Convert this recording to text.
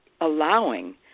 allowing